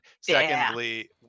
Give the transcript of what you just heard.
Secondly